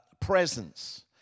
presence